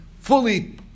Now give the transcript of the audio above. fully